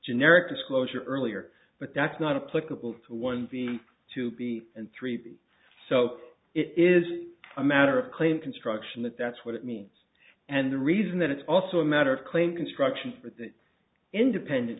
generic disclosure earlier but that's not a political to one seems to be and three so it is a matter of claim construction that that's what it means and the reason that it's also a matter of claim construction for the independent